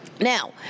now